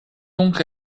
donc